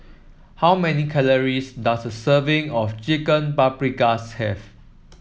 how many calories does a serving of Chicken Paprikas have